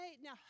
now